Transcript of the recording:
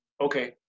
Okay